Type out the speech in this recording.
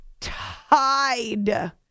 tied